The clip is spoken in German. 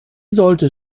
sollte